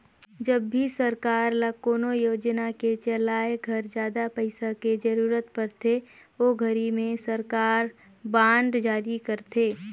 जब भी सरकार ल कोनो योजना के चलाए घर जादा पइसा के जरूरत परथे ओ घरी में सरकार बांड जारी करथे